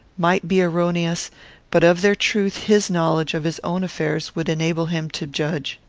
might be erroneous but of their truth his knowledge of his own affairs would enable him to judge.